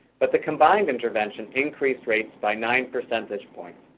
but the combined intervention increased rates by nine percentage points.